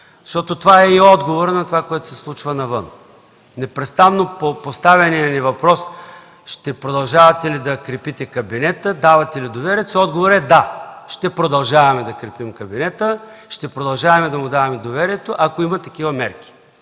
защото това е и отговорът на случващото се навън. На непрестанно поставяния ни въпрос: „Ще продължавате ли да крепите кабинета? Давате ли доверието си?”, отговорът е: „Да, ще продължаваме да крепим кабинета, ще продължаваме да му даваме доверие, ако има такива мерки”.